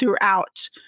throughout